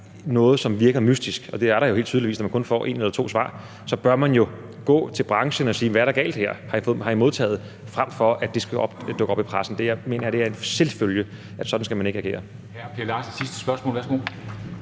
noget, som virker mystisk – og det er der jo helt tydeligt, når man kun får ét eller to svar – så bør man gå til branchen og spørge, hvad der er galt her, og om de har modtaget det, frem for at det skal dukke op i pressen. Jeg mener, det er en selvfølge, at man ikke skal agere